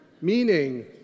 meaning